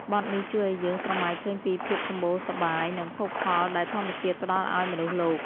បទនេះជួយឱ្យយើងស្រមៃឃើញពីភាពសម្បូរសប្បាយ និងភោគផលដែលធម្មជាតិផ្ដល់ឱ្យមនុស្សលោក។